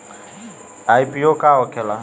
IPO का होखेला?